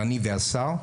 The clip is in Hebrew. אני והשר,